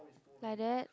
like that